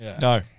No